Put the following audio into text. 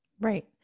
Right